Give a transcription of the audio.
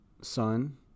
son